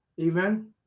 amen